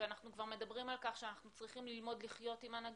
ואנחנו מדברים על-כך שאנחנו צריכים ללמוד לחיות עם הנגיף,